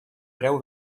preu